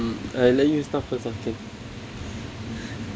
mm I let you start first okay